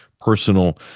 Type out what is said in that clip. personal